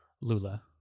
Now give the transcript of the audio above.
lula